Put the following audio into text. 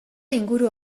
inguru